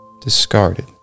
discarded